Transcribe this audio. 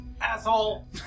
Asshole